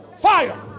Fire